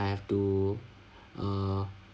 I have to err